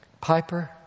Piper